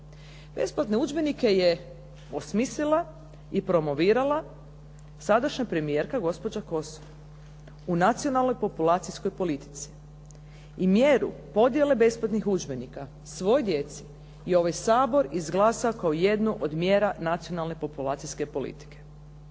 Besplatne udžbenike je osmislila i promovirala sadašnja premijerka gospođa Kosor u nacionalnoj populacijskoj politici i mjeru podjele besplatnih udžbenika svoj djeci i ovaj Sabor izglasa kao jednu od mjera nacionalne populacijske politike.